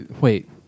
Wait